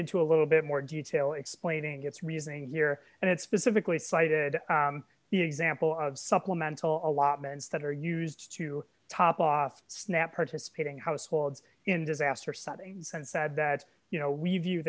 into a little bit more detail explaining its reasoning here and it specifically cited the example of supplemental allotments that are used to top off snap participating households in disaster settings and said that you know we view